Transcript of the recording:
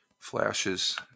Flashes